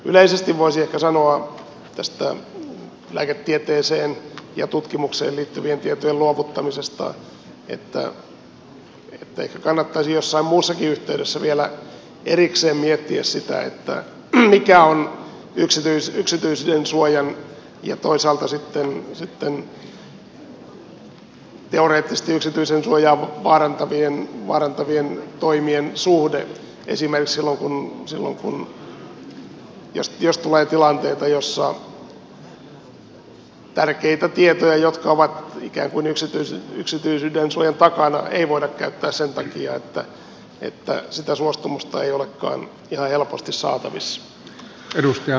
yleisesti voisi ehkä sanoa tästä lääketieteeseen ja tutkimukseen liittyvien tietojen luovuttamisesta että eikö kannattaisi jossain muussakin yhteydessä vielä erikseen miettiä sitä mikä on yksityisyydensuojan ja toisaalta sitten teoreettisesti yksityisyydensuojaa vaarantavien toimien suhde esimerkiksi silloin jos tulee tilanteita joissa tärkeitä tietoja jotka ovat ikään kuin yksityisyydensuojan takana ei voida käyttää sen takia että sitä suostumusta ei olekaan ihan helposti saatavissa